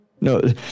No